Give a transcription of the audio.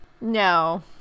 no